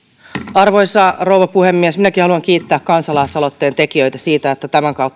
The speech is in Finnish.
arvoisa rouva puhemies minäkin haluan kiittää kansalaisaloitteen tekijöitä siitä että tämän kautta meillä